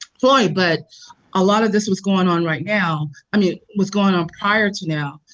floyd, but a lot of this was going on right now i mean, was going on prior to now,